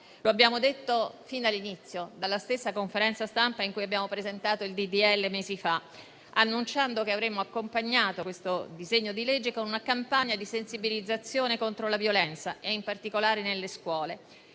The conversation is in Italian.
Lo abbiamo detto fin dall'inizio, dalla stessa conferenza stampa in cui abbiamo presentato il disegno di legge mesi fa, annunciando che lo avremmo accompagnato con una campagna di sensibilizzazione contro la violenza, in particolare nelle scuole.